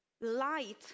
Light